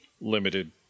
limited